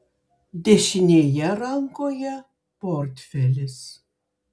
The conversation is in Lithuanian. dešinėje rankoje portfelis